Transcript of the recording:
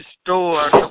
store